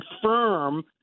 confirm